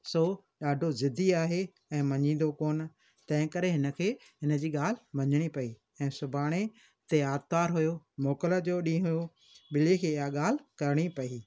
सो ॾाढो ज़िद्दी आहे ऐं मञिदो कोन्ह तंहिं करे हिनखे हिनजी ॻाल्हि मञिणी पई ऐं सुभाणे ते आर्तवार हुयो मोकिल जो ॾींहुं हो ॿिलीअ खे इहा ॻाल्हि करिणी पई